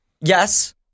Yes